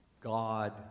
God